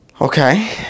Okay